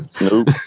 Nope